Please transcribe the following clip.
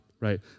right